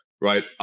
right